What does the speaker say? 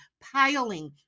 piling